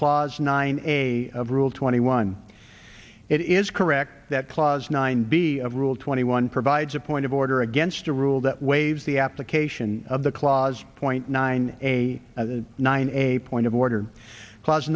clause nine a of rule twenty one it is correct that clause nine b of rule twenty one provides a point of order against a rule that waives the application of the clause point nine a nine a point of order claus